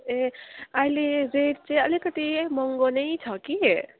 ए अहिले रेट चाहिँ अलिकति महँगो नै छ कि